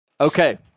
Okay